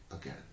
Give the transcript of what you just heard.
again